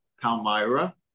Palmyra